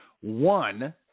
One